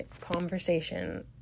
conversation